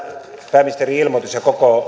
pääministerin ilmoitus ja koko